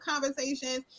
conversations